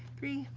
three,